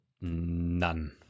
none